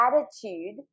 attitude